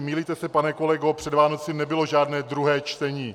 Mýlíte se, pane kolego, před Vánoci nebylo žádné druhé čtení.